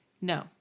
no